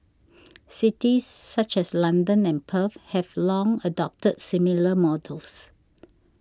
cities such as London and Perth have long adopted similar models